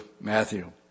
Matthew